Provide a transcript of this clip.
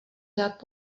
dát